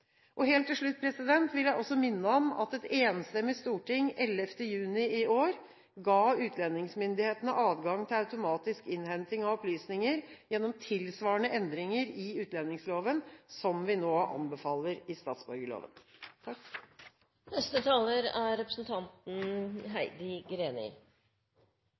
Helt til slutt vil jeg også minne om at et enstemmig storting 11. juni i år ga utlendingsmyndighetene adgang til automatisk innhenting av opplysninger, gjennom tilsvarende endringer i utlendingsloven som dem vi nå anbefaler i statsborgerloven.